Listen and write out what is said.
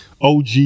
OG